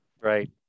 Right